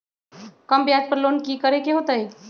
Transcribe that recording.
कम ब्याज पर लोन की करे के होतई?